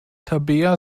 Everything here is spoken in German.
tabea